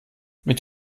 mit